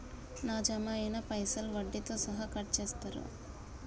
నా జమ అయినా పైసల్ వడ్డీతో సహా కట్ చేస్తరా?